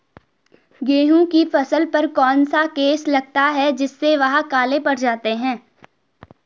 गेहूँ की फसल पर कौन सा केस लगता है जिससे वह काले पड़ जाते हैं?